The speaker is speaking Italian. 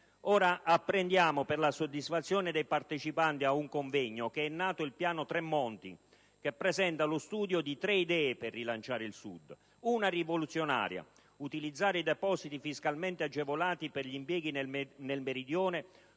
Ora apprendiamo, per la soddisfazione dei partecipanti a un convegno, che è nato il piano Tremonti che presenta lo studio di tre idee per rilanciare il Sud: una rivoluzionaria, volta ad utilizzare i depositi fiscalmente agevolati per gli impieghi nel Meridione,